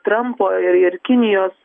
trampo ir ir kinijos